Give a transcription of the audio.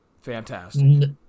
Fantastic